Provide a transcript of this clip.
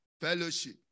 fellowship